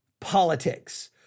Politics